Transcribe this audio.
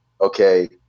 okay